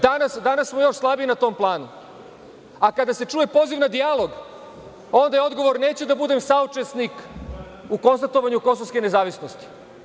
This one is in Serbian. Danas smo još slabiji na tom planu, a kada se čuje poziv na dijalog, onda je odgovor – neću da budem saučesnik u konstatovanju kosovske nezavisnosti.